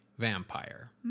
vampire